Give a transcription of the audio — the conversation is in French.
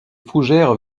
fougères